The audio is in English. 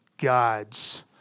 gods